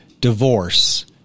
divorce